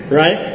right